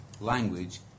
language